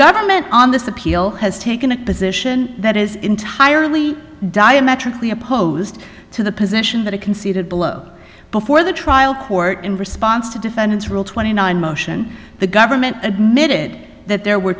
government on this appeal has taken a position that is entirely diametrically opposed to the position that i conceded below before the trial court in response to defendants rule twenty nine dollars motion the government admitted that there were